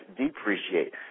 depreciate